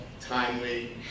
timely